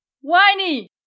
Whiny